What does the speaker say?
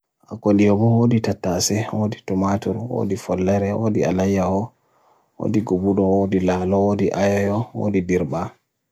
akwadi mo ho di tatase, ho di tomato, ho di falere, ho di anaya ho, ho di gubudo ho, ho di lalo ho, ho di ayayo ho, ho di dirba.